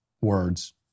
words